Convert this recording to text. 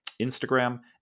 Instagram